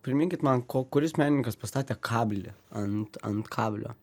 priminkit man ko kuris menininkas pastatė kablį ant an kablio